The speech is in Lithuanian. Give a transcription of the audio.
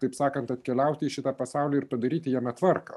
taip sakant atkeliauti į šitą pasaulį ir padaryti jame tvarką